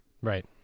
Right